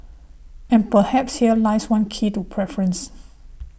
and perhaps here lies one key to preference